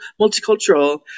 multicultural